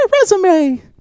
resume